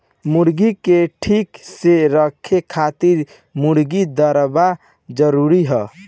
मुर्गीन के ठीक से रखे खातिर मुर्गी दरबा जरूरी हअ